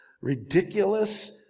ridiculous